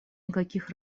никаких